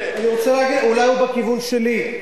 אולי הוא בכיוון שלי.